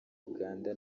uganda